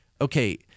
Okay